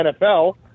NFL